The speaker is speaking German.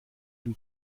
den